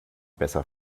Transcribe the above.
besser